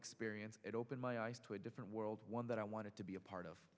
experience it opened my eyes to a different world one that i wanted to be a part of